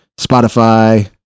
Spotify